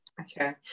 Okay